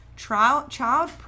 Child